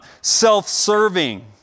self-serving